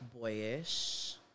boyish